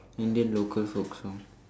Indian local folk song